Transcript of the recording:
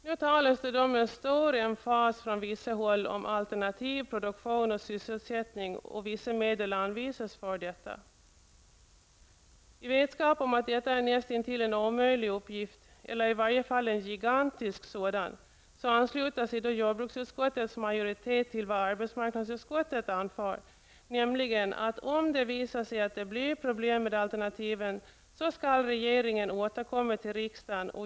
Nu talas med stor emfas från vissa håll om alternativ produktion och sysselsättning, och vissa medel anvisas för detta. I vetskap om att detta är näst intill en omöjlig uppgift, eller i varje fall en gigantisk sådan, så ansluter sig då jordbruksutskottets majoritet till vad arbetsmarknadsutskottet anför, nämligen att om det visar sig att det blir problem med alternativen så skall regeringen återkomma till riksdagen.